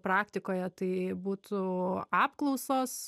praktikoje tai būtų apklausos